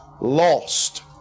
lost